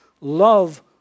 Love